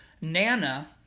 Nana